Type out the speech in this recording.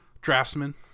Draftsman